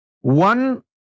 one